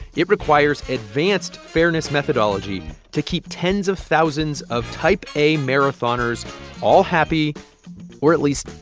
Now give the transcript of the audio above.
it requires advanced fairness methodology to keep tens of thousands of type a marathoners all happy or at least,